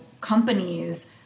companies